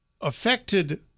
affected